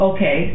Okay